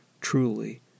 truly